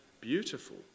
beautiful